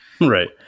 Right